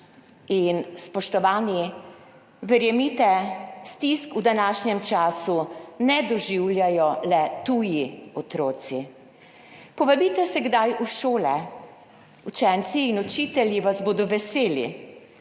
In, spoštovani, verjemite, stisk v današnjem času ne doživljajo le tuji otroci. Povabite se kdaj v šole, učenci in učitelji vas bodo veseli.